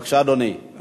אדוני, בבקשה.